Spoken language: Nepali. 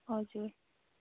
हजुर